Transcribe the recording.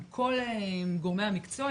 עם כל גורמי המקצוע,